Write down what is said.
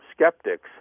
skeptics